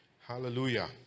Hallelujah